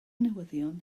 newyddion